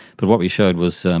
but what we showed was,